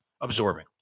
absorbing